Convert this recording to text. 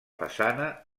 façana